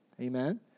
Amen